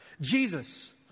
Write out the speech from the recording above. Jesus